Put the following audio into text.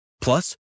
Plus